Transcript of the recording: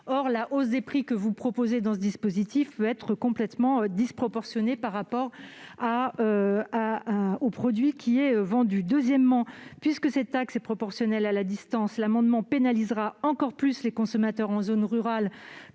Or la hausse des prix que vous proposez par ce dispositif peut être complètement disproportionnée par rapport au prix du produit qui est vendu. Deuxièmement, puisque cette taxe est proportionnelle à la distance, le dispositif pénalisera encore plus les consommateurs en zone rurale